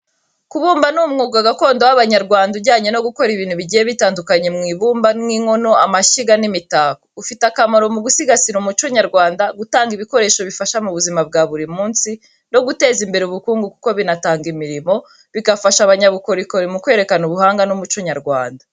Kubumba ni umwuga gakondo w’abanyarwanda ujyanye no gukora ibintu bigiye bitandukanye mu ibumba, nk’inkono, amashyiga, n’imitako. Ufite akamaro mu gusigasira umuco nyarwanda, gutanga ibikoresho bifasha mu buzima bwa buri munsi, no guteza imbere ubukungu kuko binatanga imirimo, bigafasha abanyabukorikori mu kwerekana ubuhanga n’umuco nyarwanda.